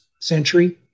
century